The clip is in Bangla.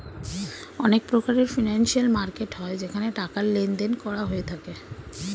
অনেক প্রকারের ফিনান্সিয়াল মার্কেট হয় যেখানে টাকার লেনদেন করা হয়ে থাকে